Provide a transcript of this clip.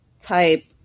type